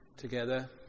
together